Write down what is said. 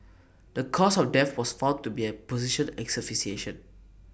the cause of death was found to be A positional asphyxiation